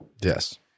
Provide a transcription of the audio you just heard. yes